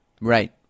Right